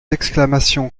exclamations